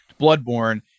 bloodborne